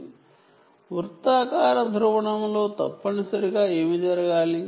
circular polarisation లో electric field యొక్క phase కి ఏమి జరుగుతుంది